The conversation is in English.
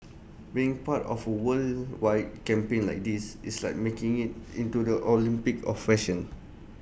being part of worldwide campaign like this it's like making IT into the Olympics of fashion